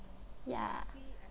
ya